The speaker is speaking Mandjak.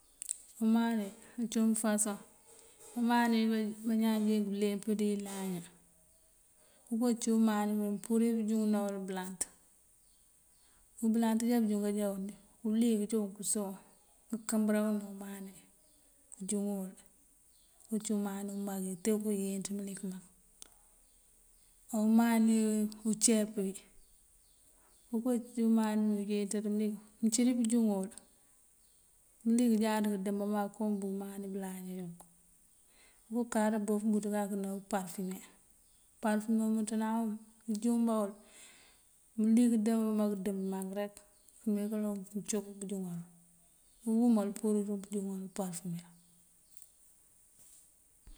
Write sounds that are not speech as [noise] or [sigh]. [noise] Umani acum ufásoŋ: umani uwí bañaan jeek búuleemp dí ilaña [noise] okoncí umani mëëmpurir pëënjuŋëna uwël bëëlant. Bëëlant jáabëënjuŋ káanjáwu uliyëk jooŋ kësoŋ këënkëëmbër uwël dí umani këënjúŋuwul. Këënţu umani akuba, tee okooyenţ mëlik mak. Omani uceep uwí okoo cí umani uwí mee yenţanţ mëlik. Mëcí dí bëënjúŋuwul, mëlik jáat mëëndëëmb mak, koom bí umani bëláña unk. Uko káaţa bofëm bëţ kak na mëënparëfume. Parëfume umëëţáandáawun këënjúŋëba uwul, mëlik dëëmba këëndëmb mak rek këëmeen kaloŋ këëncok búunjúŋar, uwuumal purir wun pëënjuŋ uparëfume.